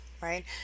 right